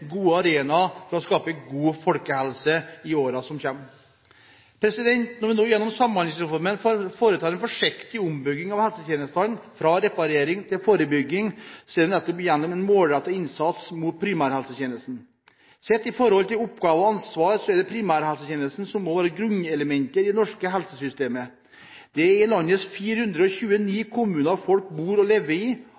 gode arenaer for å skape god folkehelse i årene framover. Når vi nå gjennom Samhandlingsreformen foretar en forsiktig ombygging av helsetjenesten fra reparering til forebygging, er det nettopp gjennom en målrettet innsats mot primærhelsetjenesten. Sett i forhold til oppgaver og ansvar er det primærhelsetjenesten som må være grunnelementet i det norske helsesystemet. Det er i landets 429